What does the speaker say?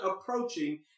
approaching